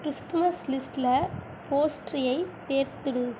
Christmas லிஸ்ட்டில் போஸ்ட்ரியை சேர்த்துவிடு